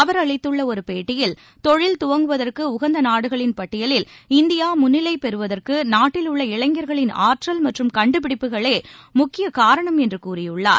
அவர் அளித்துள்ள ஒரு பேட்டியில் தொழில் துவங்குவதற்கு உகந்த நாடுகளின் பட்டியலில் இந்தியா முன்னிலை பெறுவதற்கு நாட்டிலுள்ள இளைஞர்களின் ஆற்றல் மற்றும் கண்டுபிடிப்புகளே முக்கிய காரணம் என்று கூறியுள்ளார்